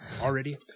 Already